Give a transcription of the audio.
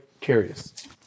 curious